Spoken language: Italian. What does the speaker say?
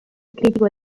critico